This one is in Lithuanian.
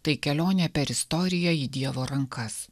tai kelionė per istoriją į dievo rankas